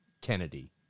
Kennedy